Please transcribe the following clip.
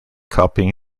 copying